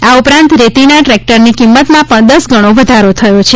આ ઉપરાંત રેતીના ટ્રેકટરની કિંમતમાં દસ ગણો વધારો થયો છે